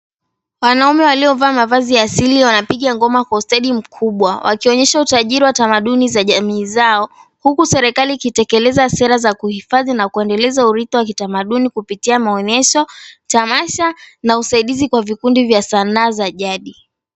Wanaume waliovaa mavazi ya asili wanapiga ngoma kwa ustadi mkubwa. Wakionyesha utajiri wa tamaduni za jamii zao, huku serikali ikitekeleza sera za kuhifadhi na kuendeleza uridhi wa kitamaduni kupitia maonyesho, tamasha, na usaidizi kwa vikundi vya sanaa za jadi.